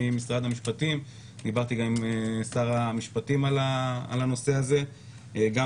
ממשרד המשפטים ודיברתי גם עם שר המשפטים על הנושא הזה וגם